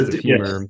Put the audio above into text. Yes